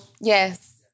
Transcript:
Yes